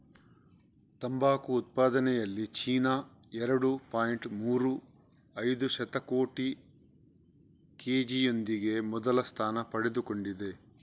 ತಂಬಾಕು ಉತ್ಪಾದನೆಯಲ್ಲಿ ಚೀನಾ ಎರಡು ಪಾಯಿಂಟ್ ಮೂರು ಐದು ಶತಕೋಟಿ ಕೆ.ಜಿಯೊಂದಿಗೆ ಮೊದಲ ಸ್ಥಾನ ಪಡೆದುಕೊಂಡಿದೆ